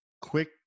quick